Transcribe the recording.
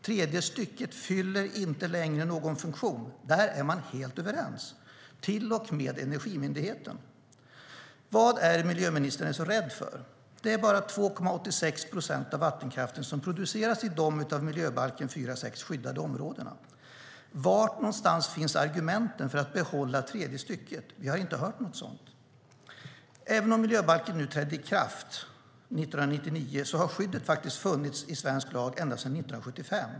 Tredje stycket fyller inte längre någon funktion. Där är man helt överens. Till och med Energimyndigheten instämmer i detta. Vad är miljöministern så rädd för? Bara 2,86 procent av vattenkraften produceras i de områden som skyddas av miljöbalken 4 kap. 6 §. Var finns argumenten för att behålla tredje stycket? Vi har inte hört några sådana. Även om miljöbalken trädde i kraft 1999 har skyddet funnits i svensk lag ända sedan 1975.